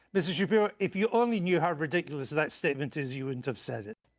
mr shapiro, if you only knew how ridiculous that statement is you wouldn't have said it.